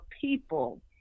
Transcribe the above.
people